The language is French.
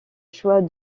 choix